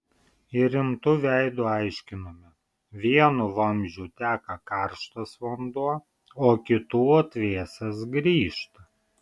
ir rimtu veidu aiškinome vienu vamzdžiu teka karštas vanduo o kitu atvėsęs grįžta